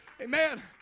Amen